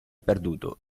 perduto